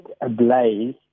ablaze